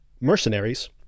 mercenaries